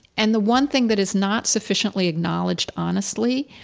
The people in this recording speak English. and the one thing that is not sufficiently acknowledged, honestly,